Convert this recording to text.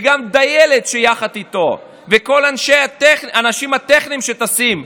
וכך גם הדיילת שיחד איתו וכל האנשים הטכניים שטסים,